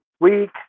week